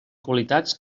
qualitats